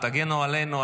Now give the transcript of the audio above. הגנו עלינו,